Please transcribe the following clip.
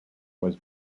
was